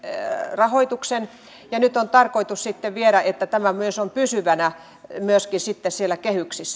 rahoituksen ja nyt on tarkoitus sitten viedä tämä pysyvänä myöskin sinne kehyksiin